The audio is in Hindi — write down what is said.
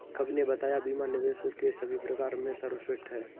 कवि ने बताया बीमा निवेश के सभी प्रकार में सर्वश्रेष्ठ है